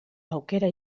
aukera